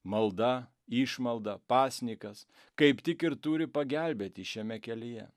malda išmalda pasninkas kaip tik ir turi pagelbėti šiame kelyje